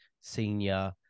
Senior